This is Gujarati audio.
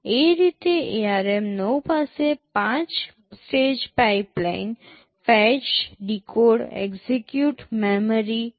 એ જ રીતે ARM9 પાસે 5 stage pipeline fetch decode execute memory write છે